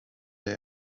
der